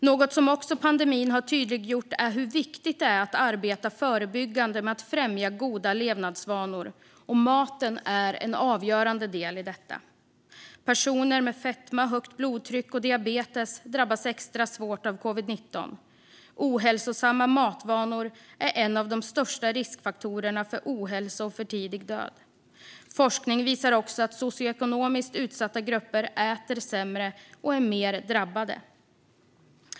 Något som pandemin också har tydliggjort är hur viktigt det är att arbeta förebyggande med att främja goda levnadsvanor, och maten är en avgörande del i detta. Personer med fetma, högt blodtryck och diabetes drabbas extra svårt av covid-19. Ohälsosamma matvanor är en av de största riskfaktorerna för ohälsa och för tidig död. Forskning visar också att socioekonomiskt utsatta grupper äter sämre och är mer drabbade.